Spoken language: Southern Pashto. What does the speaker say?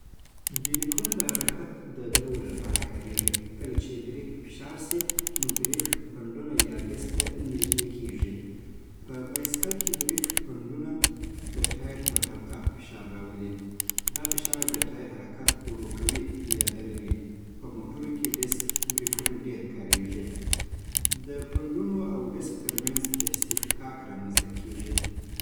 بریکونه د حرکت د درولو لپاره کارېږي. کله چې بریک فشار سي، نو بریک پډونه یا ډسک ته نیږدې سي. په بایسکل کې بریک پډونه د ټایر پر حلقه فشار راولي. دا فشار د ټایر حرکت ورو کوي یا دروي. په موټرو کې ډسک بریکونه ډېر کارېږي. د پډونو او ډسک ترمنځ اصطکاک رامنځته کېږي